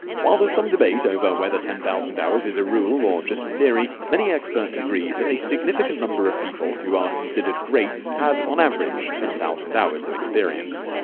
while there's some debate over whether ten thousand hours is a rule or just a theory, many experts agree that a significant number of people who are considered great have, on average, ten thousand hours of experience.